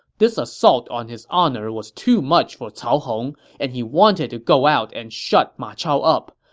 this assault on his honor was too much for cao hong, and he wanted to go out and shut ma chao up,